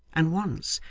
and once,